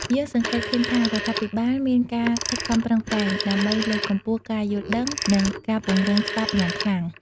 យើងសង្កេតឃើញថា រដ្ឋាភិបាលមានការខិតខំប្រឹងប្រែង ដើម្បីលើកកម្ពស់ការយល់ដឹង និងការពង្រឹងច្បាប់យ៉ាងខ្លាំង។